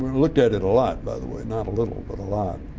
looked at it a lot, by the way. not a little, but a lot.